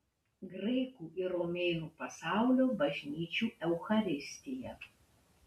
graikų ir romėnų pasaulio bažnyčių eucharistija